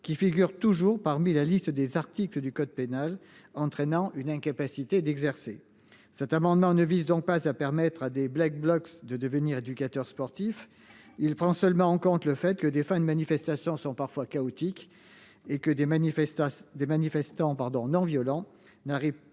qui figure toujours parmi la liste des articles du code pénal, entraînant une incapacité d'exercer cet amendement ne vise donc pas à permettre à des Black blocs de devenir éducateur sportif il prend seulement en compte le fait que des enfin une manifestation sont parfois chaotique et que des manifestations des manifestants